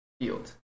field